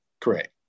correct